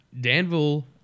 Danville